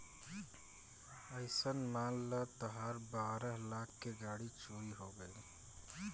अइसन मान ल तहार बारह लाख के गाड़ी चोरी हो गइल